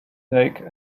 take